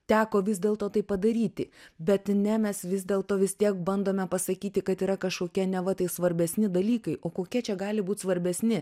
teko vis dėlto tai padaryti bet ne mes vis dėlto vis tiek bandome pasakyti kad yra kažkokie neva tai svarbesni dalykai o kokie čia gali būt svarbesni